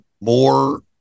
more